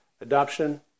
adoption